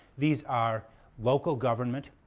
these are local government,